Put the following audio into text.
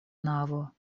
navo